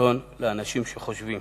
העיתון לאנשים שחושבים.